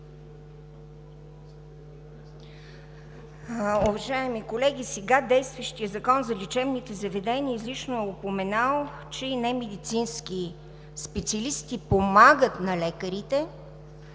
Уважаеми колеги! Сега действащият Закон за лечебните заведения излишно е упоменал, че и немедицински специалисти помагат на лекарите